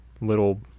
little